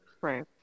right